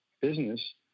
business